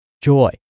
joy